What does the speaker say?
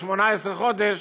18 חודש,